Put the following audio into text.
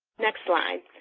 next slide.